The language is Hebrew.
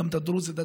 גם הדרוזית,